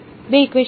2 equation